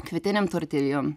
kvietinėm tortilijom